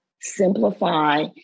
simplify